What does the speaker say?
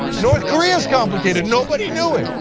north korea is complicated, nobody knew it.